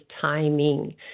timing